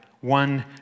one